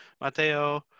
Mateo